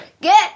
Get